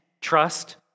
trust